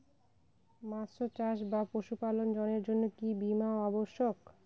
মৎস্য চাষ বা পশুপালন ঋণের জন্য কি বীমা অবশ্যক?